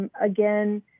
Again